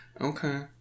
Okay